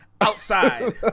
Outside